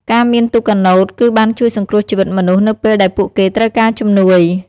ការមានទូកកាណូត គឺបានជួយសង្គ្រោះជីវិតមនុស្សនៅពេលដែលពួកគេត្រូវការជំនួយ។